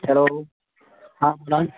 hello हां बोला